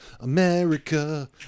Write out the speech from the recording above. America